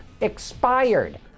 expired